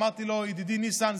אמרתי לו: ידידי ניסן,